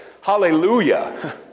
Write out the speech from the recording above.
Hallelujah